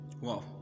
wow